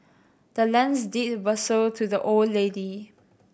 the land's deed was sold to the old lady